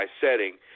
setting